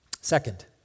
Second